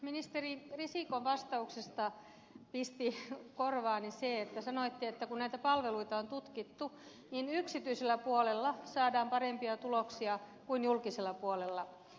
ministeri risikon vastauksesta pisti korvaani se että sanoitte että kun näitä palveluita on tutkittu niin yksityisellä puolella saadaan parempia tuloksia kuin julkisella puolella